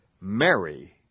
Mary